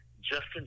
Justin